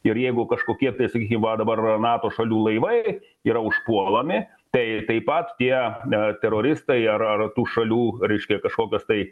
ir jeigu kažkokie tai sakykim va dabar nato šalių laivai yra užpuolami tai taip pat tie teroristai ar ar tų šalių reiškia kažkokios tai